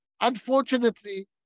unfortunately